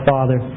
Father